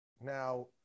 Now